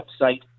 website